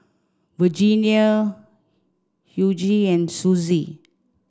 Virginia Hughie and Suzie